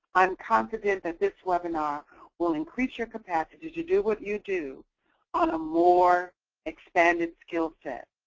i'm confident that this webinar will increase your capacity to do what you do on a more expanded skill set.